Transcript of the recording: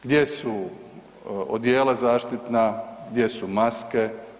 Gdje su odjela zaštitna, gdje su maske.